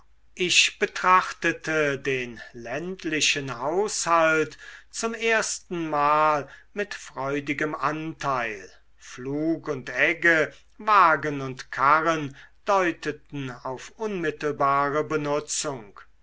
ich betrachtete den ländlichen haushalt zum erstenmal mit freudigem anteil pflug und egge wagen und karren deuteten auf unmittelbare benutzung